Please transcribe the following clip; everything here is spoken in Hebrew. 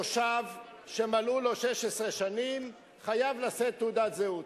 תושב שמלאו לו 16 שנים חייב לשאת תעודת זהות.